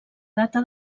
data